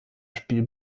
spiel